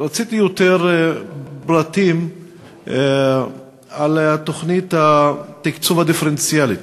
רציתי יותר פרטים על תוכנית התקצוב הדיפרנציאלי.